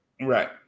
right